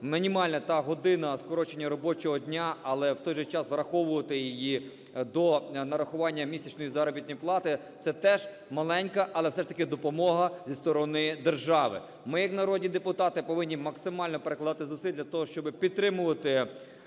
мінімальна та година, скорочення робочого дня, але, в той же час, враховувати її до нарахування місячної заробітної плати, це теж маленька, але все ж таки допомога зі сторони держави. Ми як народні депутати повинні максимально прикладати зусиль для того, щоби підтримувати Україну,